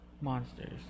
monsters